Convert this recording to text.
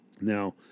Now